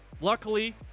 Luckily